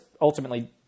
ultimately